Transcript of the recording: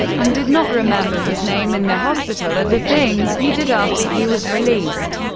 and did not remember his name in the hospital or the things he did after he was released.